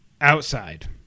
outside